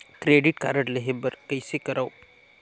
Credit card लेहे बर कइसे करव?